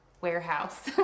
warehouse